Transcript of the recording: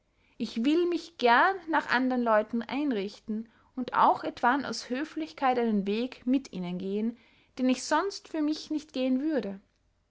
ich will mich gern nach andern leuten einrichten und auch etwann aus höflichkeit einen weg mit ihnen gehen den ich sonst für mich nicht gehen würde